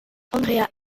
andreas